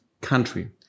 country